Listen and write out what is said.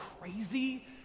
crazy